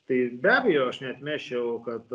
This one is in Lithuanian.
tai be abejo aš neatmesčiau kad